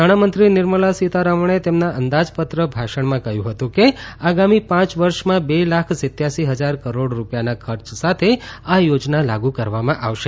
નાણામંત્રી નિર્મલા સીતારમણે તેમના અંદાજપત્ર ભાષણમાં કહ્યું હતું કે આગામી પાંચ વર્ષમાં બે લાખ સિત્યાંસી હજાર કરોડ રૂપિયાના ખર્ચ સાથે આ યોજના લાગુ કરવામાં આવશે